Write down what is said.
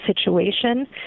situation